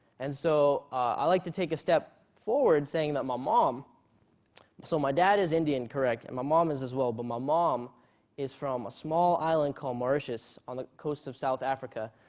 and so i like to take a step forward saying that my mom so my dad is indian, correct and my mom is as well, but my mom is from a small island called mauritius on the coast of south africa.